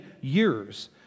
years